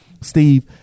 steve